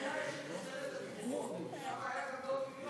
שהיא שומרת על, שם היה גם לא תגנוב.